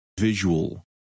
visual